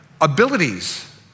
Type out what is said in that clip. Abilities